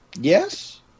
Yes